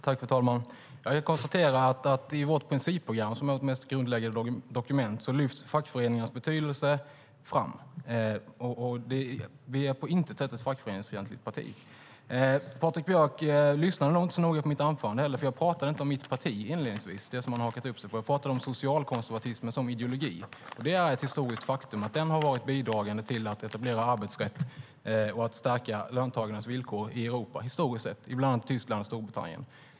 Fru talman! Jag konstaterar att i vårt principprogram, som är vårt mest grundläggande dokument, lyfts fackföreningarnas betydelse fram. Vi är på intet sätt ett fackföreningsfientligt parti. Patrik Björck lyssnade nog inte så noga på mitt anförande, för jag pratade inte om mitt parti inledningsvis - det som han har hakat upp sig upp - utan jag pratade om socialkonservatismen som ideologi. Det är ett historiskt faktum att den har varit bidragande till att etablera arbetsrätt och stärka löntagarnas villkor i Europa historiskt sett, i bland annat Tyskland och Storbritannien.